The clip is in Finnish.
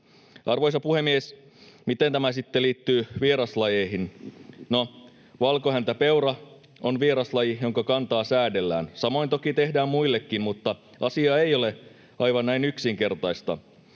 Arvoisa puhemies! Miten tämä sitten liittyy vieraslajeihin. No, valkohäntäpeura on vieraslaji, jonka kantaa säädellään. Samoin toki tehdään muillekin, mutta asia ei ole aivan näin yksinkertainen,